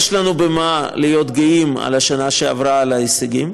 יש לנו במה להיות גאים על השנה שעברה, על ההישגים,